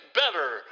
better